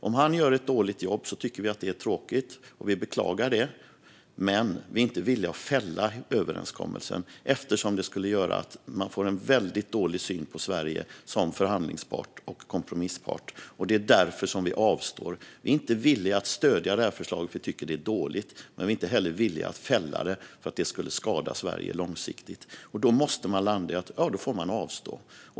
Om han gör ett dåligt jobb tycker vi att det är tråkigt, och vi beklagar det. Men vi är inte villiga att fälla överenskommelsen, eftersom det skulle göra att man får en väldigt dålig syn på Sverige som förhandlingspart och kompromisspart. De är därför som vi avstår. Vi är inte villiga att stödja detta förslag - vi tycker att det är dåligt. Men vi är inte heller villiga att fälla det, för det skulle skada Sverige långsiktigt. Då måste man landa i att man avstår.